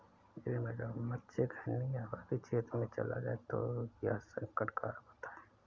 यदि मगरमच्छ घनी आबादी क्षेत्र में चला जाए तो यह संकट कारक होता है